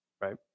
right